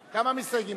המסתייגים?